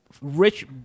rich